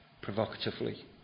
provocatively